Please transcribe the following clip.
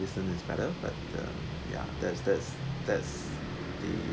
~icine is better but um ya that's that's that's the